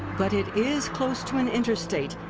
but it is close to an interstate,